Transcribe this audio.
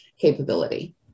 capability